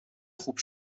خوب